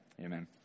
Amen